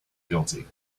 guilty